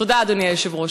תודה, אדוני היושב-ראש.